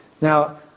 Now